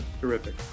Terrific